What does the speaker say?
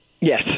Yes